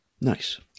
Nice